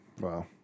Wow